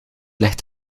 ligt